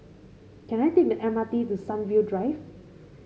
can I take the M R T to Sunview Drive